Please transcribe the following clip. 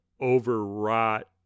overwrought